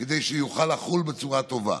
כדי שזה יוכל לחול בצורה טובה.